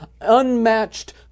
unmatched